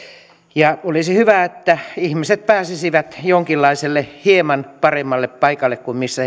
ja olisi hyvä että ihmiset pääsisivät jonkinlaiselle hieman paremmalle paikalle kuin missä